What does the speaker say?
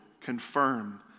confirm